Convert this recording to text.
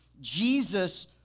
Jesus